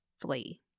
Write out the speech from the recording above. flee